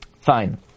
fine